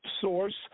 source